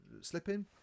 slipping